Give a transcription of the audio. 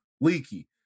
leaky